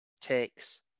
takes